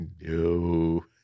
no